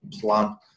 plan